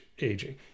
aging